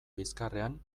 bizkarrean